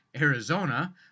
Arizona